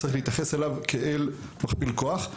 וצריך להתייחס אליו כאל מכפיל כוח.